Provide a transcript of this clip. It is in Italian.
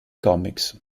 comics